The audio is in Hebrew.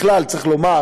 בכלל, צריך לומר,